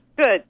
Good